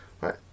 right